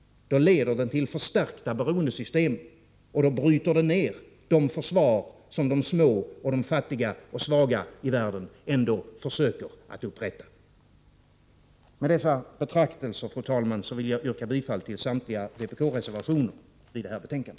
Då leder den till förstärkta beroendesystem, och då bryter den ned de försvar som de små, fattiga och svaga i världen ändå försöker att upprätta. Med dessa betraktelser, fru talman, vill jag yrka bifall till samtliga vpk-reservationer vid detta betänkande.